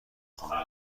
خانم